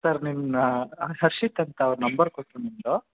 sir ನಿಮ್ಮನ್ನ ಹರ್ಷಿತ್ ಅಂತ ಅವ್ರು ನಂಬರ್ ಕೊಟ್ರು ನಿಮ್ಮದು